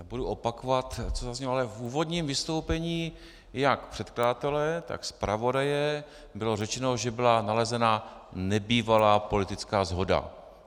Nebudu opakovat, co zaznělo, ale v úvodním vystoupení jak předkladatele, tak zpravodaje bylo řečeno, že byla nalezena nebývalá politická shoda.